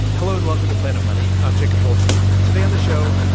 hello, and welcome to planet money. i'm jacob goldstein. today on the show,